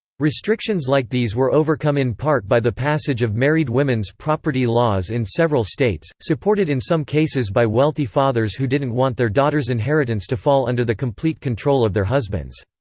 restrictions like these were overcome in part by the passage of married women's property laws in several states, supported in some cases by wealthy fathers who didn't want their daughters' inheritance to fall under the complete control of their husbands.